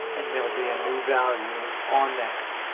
and there'll be a new value on that.